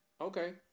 Okay